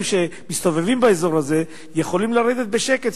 המסתובבים באזור הזה יוכלו לרדת בשקט,